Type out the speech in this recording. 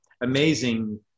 amazing